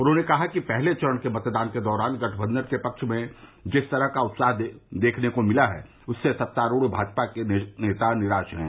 उन्होंने कहा कि पहले चरण के मतदान के दौरान गठबंधन के पक्ष में जिस तरह का उत्साह मतदाताओं में देखा गया है उससे सत्तारूढ़ भाजपा के नेता निराश है